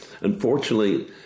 Unfortunately